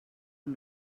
amb